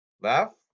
Left